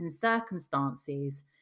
circumstances